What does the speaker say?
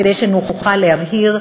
כדי שנוכל להבהיר: